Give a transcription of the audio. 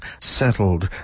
settled